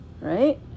right